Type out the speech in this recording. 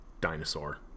dinosaur